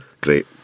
Great